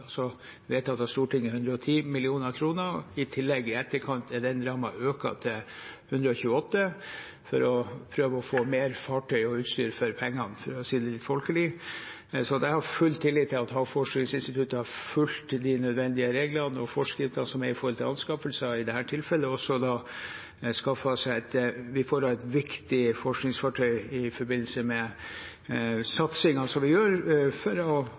vedtatt av Stortinget, 110 mill. kr. I tillegg er rammen i etterkant økt til 128 mill. kr for å prøve å få mer fartøy og utstyr for pengene, for å si det litt folkelig. Jeg har full tillit til at Havforskningsinstituttet har fulgt de nødvendige reglene og forskriftene som gjelder for offentlige anskaffelser, i dette tilfellet, og de har skaffet seg et viktig forskningsfartøy i forbindelse med satsingen vi gjør for å